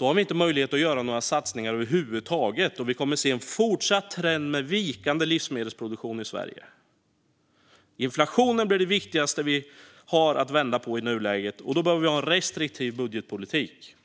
har vi nämligen inte möjlighet att göra några satsningar över huvud taget, och vi kommer att se en fortsatt trend med vikande livsmedelsproduktion i Sverige. Inflationen är det viktigaste vi har att vända på i nuläget. Då behöver vi ha en restriktiv budgetpolitik.